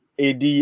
AD